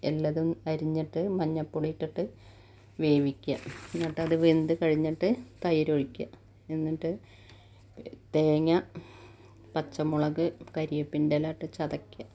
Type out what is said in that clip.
എല്ലതും അരിഞ്ഞിട്ട് മഞ്ഞൾ പൊടി ഇട്ടിട്ട് വേവിക്കുക എന്നിട്ടത് വെന്ത് കഴിഞ്ഞിട്ട് തൈരൊഴിക്കുക എന്നിട്ട് തേങ്ങ പച്ചമുളക് കറിവേപ്പിൻ്റെ ഇലയിട്ട് ചതക്കുക